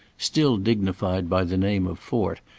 still dignified by the name of fort,